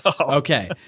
Okay